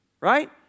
right